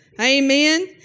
Amen